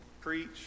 preach